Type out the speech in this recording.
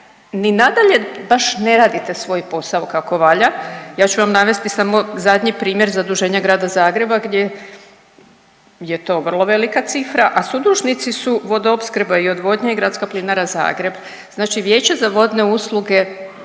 ni nadalje baš ne radite svoj posao kako valja. Ja ću vam navesti samo zadnji primjer zaduženja Grada Zagreba gdje je to vrlo velika cifra, a sudužnici su Vodoopskrba i Odvodnja i Gradska plinara Zagreb. Znači Vijeće za vodne usluge